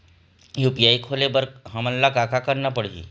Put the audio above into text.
UPI खोले बर हमन ला का का करना पड़ही?